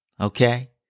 Okay